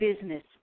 business